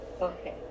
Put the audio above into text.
Okay